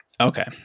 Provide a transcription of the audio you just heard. Okay